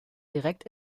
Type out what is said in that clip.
direkt